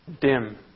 dim